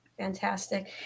Fantastic